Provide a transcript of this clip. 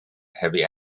heavy